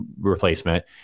replacement